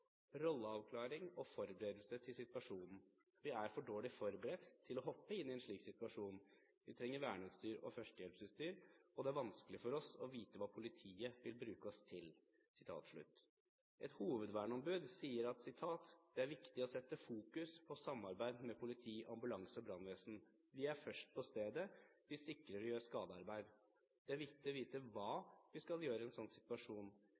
og forberedelser til situasjonen. Vi er for dårlig forberedt til å hoppe inn i en slik situasjon. Vi trenger verneutstyr og førstehjelpsutstyr. Det er vanskelig for oss å vite hva politiet vil bruke oss til.» Et hovedverneombud sier: «Det er viktig å sette fokus på samarbeid med politi, ambulanse og brannvesen. Vi er først på stedet, sikrer og gjør skadearbeid. Det er viktig å vite hva vi skal gjøre i en sånn situasjon.